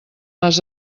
les